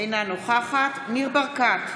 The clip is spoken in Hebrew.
אינה נוכחת ניר ברקת,